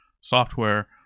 software